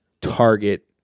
target